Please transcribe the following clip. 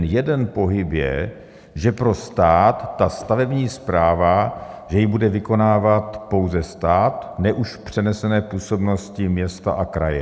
Jeden pohyb je, že pro stát stavební správa, že ji bude vykonávat pouze stát, ne už v přenesené působnosti města a kraje.